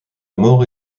mort